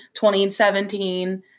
2017